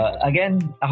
Again